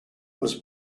was